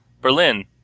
Berlin